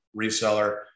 reseller